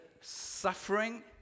suffering